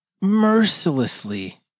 mercilessly